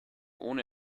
ohne